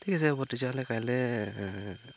ঠিক আছে হ'ব তেতিয়াহ'লে কাইলে